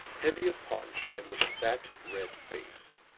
heavy of paunch and with a fat, red face.